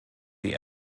die